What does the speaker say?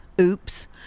oops